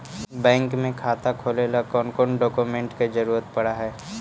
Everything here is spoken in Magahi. बैंक में खाता खोले ल कौन कौन डाउकमेंट के जरूरत पड़ है?